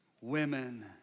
women